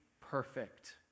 perfect